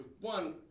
one